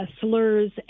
slurs